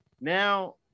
Now